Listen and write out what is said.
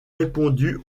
répondu